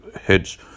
heads